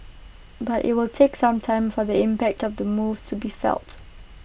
but IT will take some time for the impact of the move to be felt